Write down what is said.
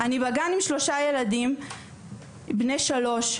״אני בגן עם שלושה ילדים בני שלוש,